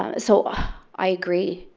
um so ah i agree.